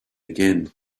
again